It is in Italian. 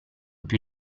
più